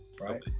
right